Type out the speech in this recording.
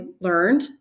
learned